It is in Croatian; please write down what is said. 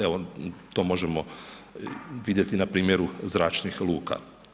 Evo to možemo vidjeti na primjeru zračnih luka.